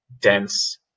dense